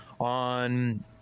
on